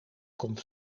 komt